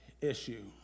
issue